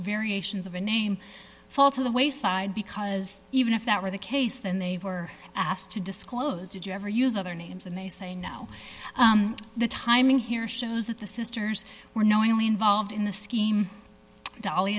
variations of a name fall to the wayside because even if that were the case then they were asked to disclose did you ever use other names and they say no the timing here shows that the sisters were knowingly involved in the scheme dolly